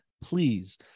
Please